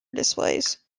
displays